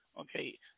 Okay